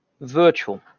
virtual